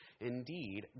Indeed